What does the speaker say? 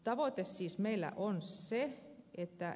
tavoite siis meillä on se että